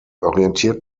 orientiert